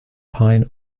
pine